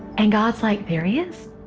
and god's like, there he is.